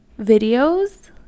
videos